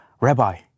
Rabbi